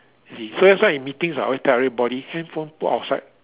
you see so that's why in meetings I always tell everybody handphone put outside